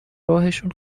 راهشون